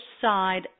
side